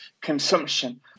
consumption